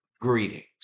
greetings